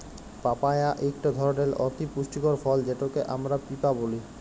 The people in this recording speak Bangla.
পাপায়া ইকট ধরলের অতি পুষ্টিকর ফল যেটকে আমরা পিঁপা ব্যলি